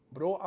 Bro